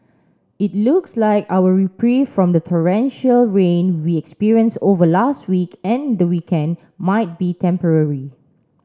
it looks like our reprieve from the torrential rain we experienced over last week and the weekend might be temporary